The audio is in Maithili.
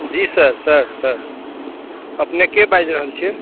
जी सर सर सर अपने के बाजि रहल छियै